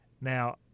Now